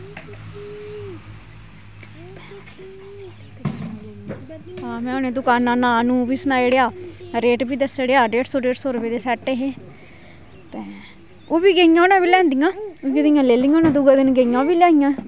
हां में उनें ई दकाना दा नां नू बी सनाई ओड़ेआ रेट बी दस्सी ओड़ेआ डेढ़ सौ डेढ सौ रपये दे सैट्ट हे ते ओह्बी गेइयां हून नमी लेई आंदियां दुए दिन गेइयां फिर लैने गी